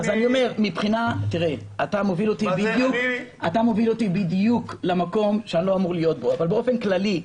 אתה מוביל אותי בדיוק למקום שאני לא אמור להיות בו אבל באופן כללי,